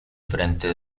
frente